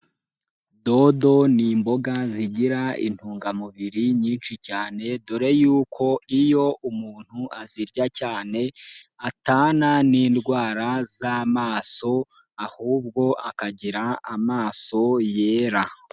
Dodo ni imboga zigira intungamubiri nyinshi cyane, dore yuko iyo umuntu azirya cyane atana n'indwara z'amasoso ahubwo akagira amaso yera.